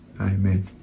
Amen